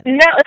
no